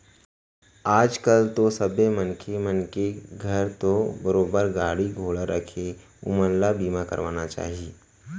आज कल तो सबे मनखे मन के घर तो बरोबर गाड़ी घोड़ा राखें हें ओमन ल बीमा करवाना चाही